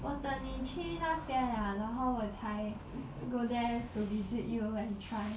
我等你去那边了然后我才 go there to visit you and try